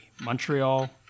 Montreal